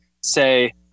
say